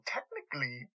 Technically